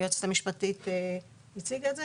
היועצת המשפטית הציגה את זה.